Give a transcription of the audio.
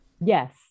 Yes